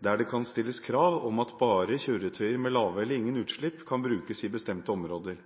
der det kan stilles krav om at bare kjøretøyer med lave eller ingen utslipp kan brukes i bestemte områder.